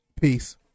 peace